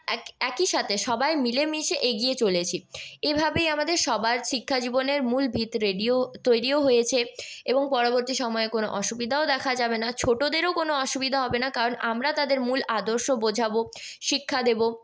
এক একই সাথে সবাই মিলেমিশে এগিয়ে চলেছি এভাবেই আমাদের সবার শিক্ষাজীবনের মূল ভিত রেডিও তৈরিও হয়েছে এবং পরবর্তী সময়ে কোনও অসুবিধাও দেখা যাবে না ছোটোদেরও কোনও অসুবিধা হবে না কারণ আমরা তাদের মূল আদর্শ বোঝাবো শিক্ষা দেব